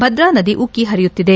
ಭದ್ರಾ ನದಿ ಉಕ್ಕೆ ಹರಿಯುತ್ತಿದೆ